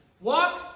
walk